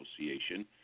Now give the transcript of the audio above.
Association